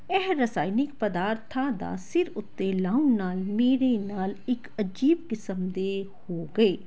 ਇਹ ਰਸਾਇਣਿਕ ਪਦਾਰਥਾਂ ਦਾ ਸਿਰ ਉੱਤੇ ਲਾਉਣ ਨਾਲ ਮੇਰੇ ਨਾਲ ਇੱਕ ਅਜੀਬ ਕਿਸਮ ਦੇ ਹੋ ਗਏ